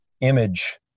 image